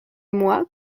moi